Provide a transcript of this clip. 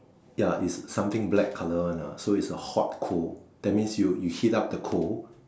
ya is something black colour one ah so is a hot coal that means you you heat up the coal